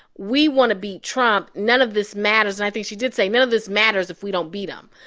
we want to beat trump. none of this matters and i think she did say none of this matters if we don't beat him.